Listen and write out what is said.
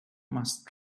must